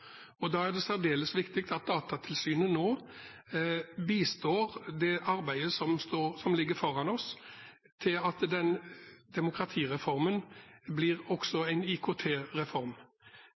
og da er det særdeles viktig at Datatilsynet nå bistår i det arbeidet som ligger foran oss, slik at demokratireformen også blir en IKT-reform. Kommunalkomiteen har vært på tur til